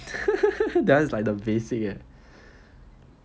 the one is like the basic eh